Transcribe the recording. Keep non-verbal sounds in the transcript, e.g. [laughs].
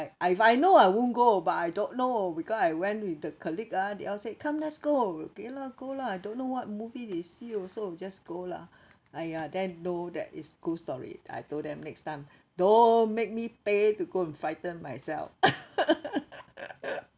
if I know I won't go but I don't know because I went with the colleague ah they all said come let's go okay lah go lah don't know what movie they see also just go lah !aiya! then know that is ghost story I told them next time don't make me pay to go and frighten myself [laughs]